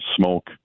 smoke